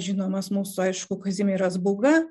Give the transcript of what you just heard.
žinomas mūsų aišku kazimieras būga